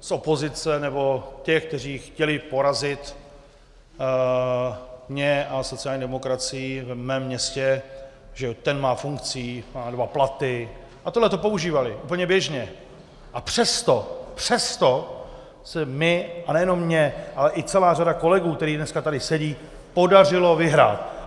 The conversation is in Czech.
z opozice nebo těch, kteří chtěli porazit mě a sociální demokracii v mém městě, že ten má funkcí, má dva platy, a tohle používali úplně běžně, a přesto, přesto! se mně, a nejenom mně, ale i celé řadě kolegů, kteří dneska tady sedí, podařilo vyhrát.